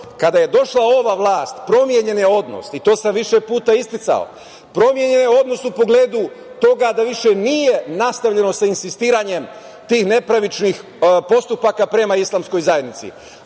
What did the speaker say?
kada je došla ova vlast, promenjen je odnos, i to sam više puta isticao, promenjen je odnos u pogledu toga da više nije nastavljeno sa insistiranjem tih nepravičnih postupaka prema islamskoj zajednici.